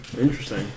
Interesting